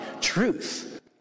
truth